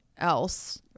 else